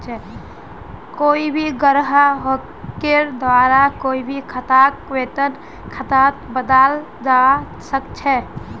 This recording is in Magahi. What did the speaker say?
कोई भी ग्राहकेर द्वारा कोई भी खाताक वेतन खातात बदलाल जवा सक छे